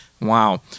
Wow